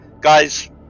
guys